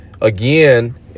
again